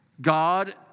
God